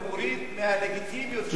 מוריד מהלגיטימיות של המחאה?